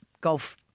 Golf